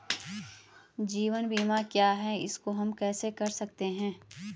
जीवन बीमा क्या है इसको हम कैसे कर सकते हैं?